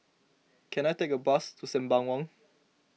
can I take a bus to Sembawang